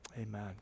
amen